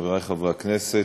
חברי חברי הכנסת,